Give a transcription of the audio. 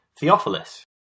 Theophilus